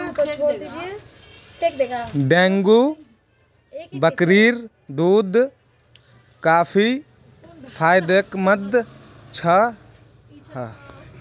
dengue बकरीर दूध काफी फायदेमंद ह छ